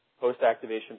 post-activation